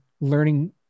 learning